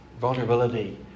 vulnerability